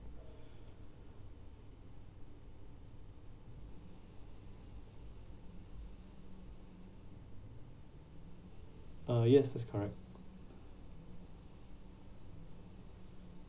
uh yes that's correct